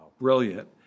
brilliant